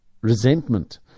resentment